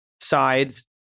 sides